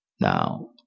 Now